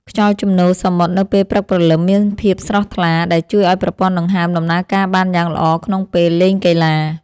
ខ្យល់ជំនោរសមុទ្រនៅពេលព្រឹកព្រលឹមមានភាពស្រស់ថ្លា ដែលជួយឱ្យប្រព័ន្ធដង្ហើមដំណើរការបានយ៉ាងល្អក្នុងពេលលេងកីឡា។